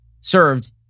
served